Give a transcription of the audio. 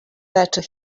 better